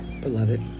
beloved